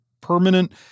permanent